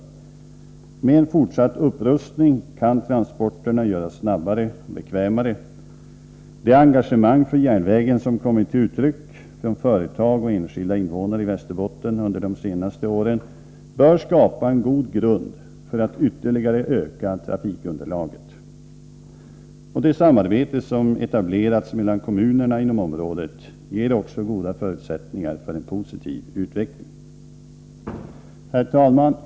Med en fortsatt upprustning kan transporterna göras snabbare och bekvämare. Det engagemang för järnvägen som kommit till uttryck från företag och enskilda invånare i Västerbotten under de senaste åren bör skapa god grund för att ytterligare öka trafikunderlaget. Det samarbete som etablerats mellan kommunerna i området ger också goda förutsättningar för en positiv utveckling. Herr talman!